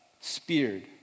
speared